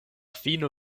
fino